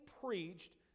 preached